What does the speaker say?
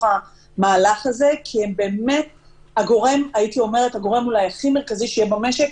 המהלך הזה כי הם הגורם אולי הכי מרכזי שיהיה במשק.